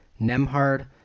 Nemhard